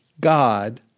God